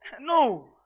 no